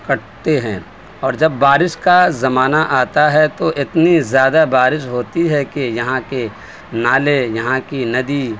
کٹتے ہیں اور جب بارش کا زمانہ آتا ہے تو اتنی زیادہ بارش ہوتی ہے کہ یہاں کے نالے یہاں کی ندی